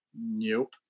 Nope